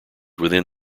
within